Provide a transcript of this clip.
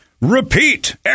repeat